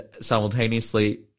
simultaneously